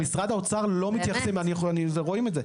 במשרד האוצר לא מתייחסים, רואים את זה.